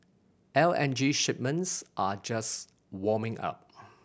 L N G shipments are just warming up